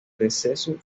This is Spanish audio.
deceso